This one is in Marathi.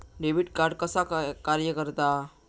डेबिट कार्ड कसा कार्य करता?